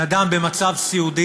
אדוני השר,